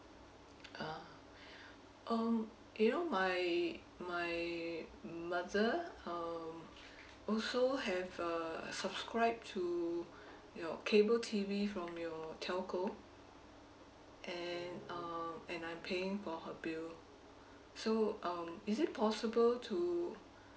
ah um you know my my mother um also have uh subscribed to your cable T_V from your telco and um and I paying for her bill so um is it possible to